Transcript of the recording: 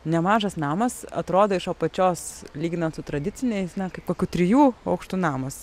nemažas namas atrodo iš apačios lyginant su tradiciniais na kaip kokių trijų aukštų namas